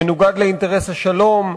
מנוגד לאינטרס השלום,